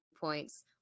Points